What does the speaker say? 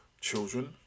children